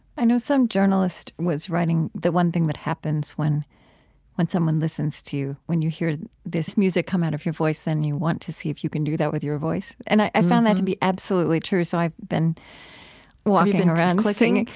i know some journalist was writing the one thing that happens when when someone listens to you, when you hear this music come out of your voice and you want to see if you can do that with your voice. and i found that to be absolutely true, so i've been walking around and